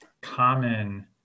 common